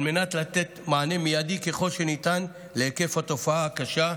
על מנת לתת מענה מיידי ככל שניתן להיקף התופעה הקשה,